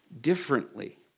differently